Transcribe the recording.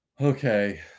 okay